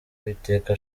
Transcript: uwiteka